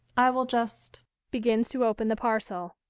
i will just begins to open the parcel.